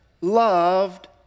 loved